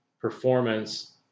performance